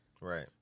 Right